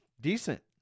decent